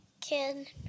kid